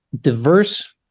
diverse